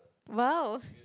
!wow!